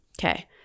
Okay